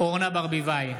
אורנה ברביבאי,